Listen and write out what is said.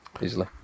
easily